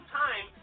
time